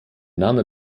name